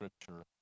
Scripture